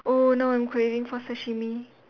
oh now I'm craving for sashimi